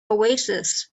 oasis